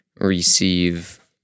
receive